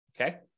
okay